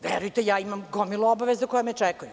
Verujte ja imam gomilu obaveza koje me očekuju.